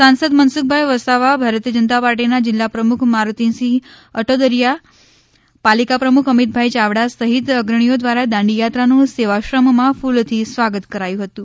સાંસદ મનસુખભાઇ વસાવા ભારતીય જનતા પાર્ટીના જિલ્લા પ્રમુખ મારુતિસિંહ અટોદરિયા પાલિકા પ્રમુખ અમીતભાઈ ચાવડા સહીત અગ્રણીઓ દ્વારા દાંડિયાત્રાનું સેવાશ્રમમાં કૂલોથી સ્વાગત કરાયું હતું